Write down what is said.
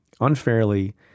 unfairly